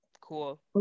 Cool